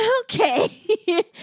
okay